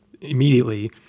immediately